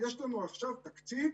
יש לנו עכשיו תקציב,